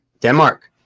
Denmark